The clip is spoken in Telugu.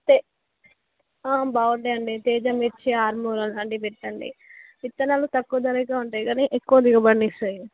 తే బాగుంటాయండి తేజ మిర్చి ఆర్మొరా అలాంటివి పెట్టండి విత్తనాలు తక్కువ ధర అయితే ఉంటాయి గానీ ఎక్కువ దిగుబడిని ఇస్తాయి